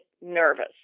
nervous